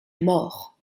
mort